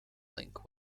link